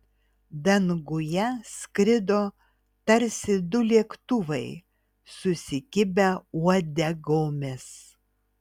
danguje skrido tarsi du lėktuvai susikibę uodegomis